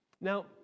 Now